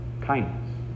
kindness